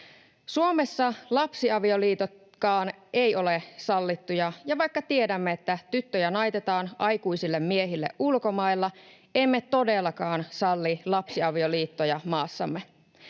Suomessa lapsiavioliitotkaan eivät ole sallittuja, ja vaikka tiedämme, että tyttöjä naitetaan aikuisille miehille ulkomailla, emme todellakaan salli lapsiavioliittoja maassamme.